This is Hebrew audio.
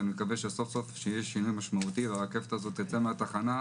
אני מקווה שסוף סוף יהיה שינוי משמעותי והרכבת הזו תצא מהתחנה,